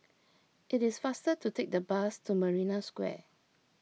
it is faster to take the bus to Marina Square